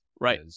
Right